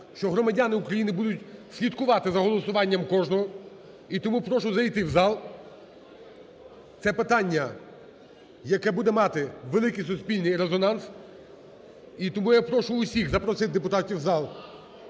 що громадяни України будуть слідкувати за голосуванням кожного, в тому прошу зайти в зал. Це питання, яке буде мати великий суспільний резонанс, і тому я прошу усіх запросити депутатів в зал